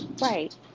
Right